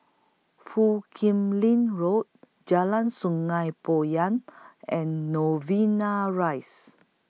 Foo Kim Lin Road Jalan Sungei Poyan and Novena Rise